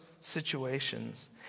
situations